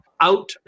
out